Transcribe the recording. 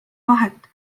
vahet